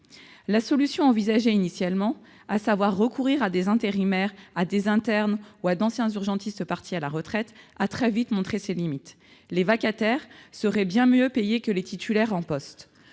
La solution envisagée initialement, à savoir le recours à des intérimaires, à des internes ou à d'anciens urgentistes partis à la retraite a très vite montré ses limites : les vacataires seraient bien mieux payés que les titulaires encore